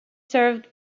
served